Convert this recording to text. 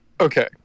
Okay